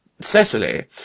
Cecily